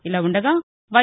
ఇలా ఉండగా వై